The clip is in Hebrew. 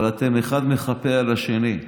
אבל אחד מחפה על השני.